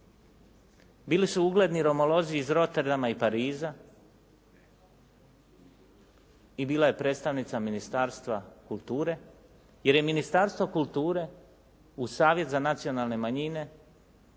bili su ugledni romolozi iz Roterdama i Pariza i bila je predstavnica Ministarstva kulture jer je Ministarstvo kulture uz Savjet za nacionalne manjine